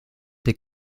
des